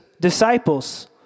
disciples